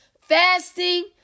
fasting